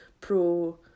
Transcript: Pro